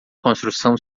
construção